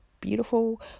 beautiful